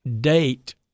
date